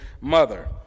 mother